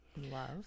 Love